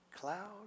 Cloud